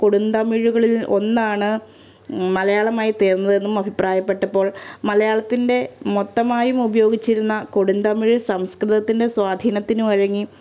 കൊടുന്തമിഴുകളിൽ ഒന്നാണ് മലയാളമായി തീർന്നതെന്നും അഭിപ്രായപ്പെട്ടപ്പോൾ മലയാളത്തിൻ്റെ മൊത്തമായും ഉപയോഗിച്ചിരുന്ന കൊടുന്തമിഴ് സംസ്കൃതത്തിൻ്റെ സ്വാധീനത്തിന് വഴങ്ങി